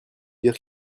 dire